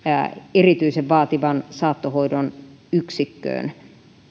erityisen vaativan saattohoidon yksikköön